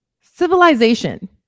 civilization